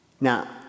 Now